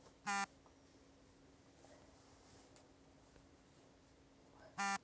ಕಬ್ಬು ಬೆಳೆಯುವುದಕ್ಕೆ ಯಾವ ಮಣ್ಣು ಒಳ್ಳೆಯದು?